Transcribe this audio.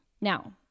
Now